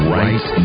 right